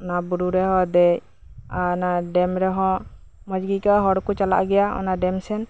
ᱚᱱᱟ ᱵᱩᱨᱩ ᱨᱮᱦᱚᱸ ᱫᱮᱡ ᱚᱱᱟ ᱰᱮᱢ ᱨᱮᱦᱚᱸ ᱢᱚᱸᱡᱜᱮ ᱟᱹᱭᱠᱟᱹᱜᱼᱟ ᱦᱚᱲ ᱠᱚᱠᱚ ᱪᱟᱞᱟᱜ ᱜᱮᱭᱟ ᱰᱮᱢ ᱥᱮᱱ